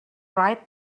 write